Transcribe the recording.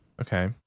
Okay